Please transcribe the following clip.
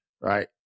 right